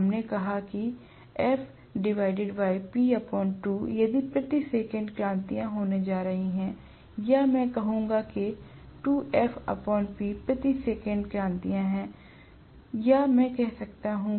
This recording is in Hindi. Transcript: हमने कहा कि प्रति सेकंड क्रांतियां होने जा रही हैं या मैं कहूंगा कि प्रति सेकंड क्रांतियां हैं या मैं कह सकता हूं